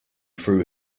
threw